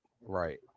Right